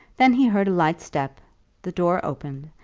then he heard a light step the door opened,